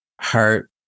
hurt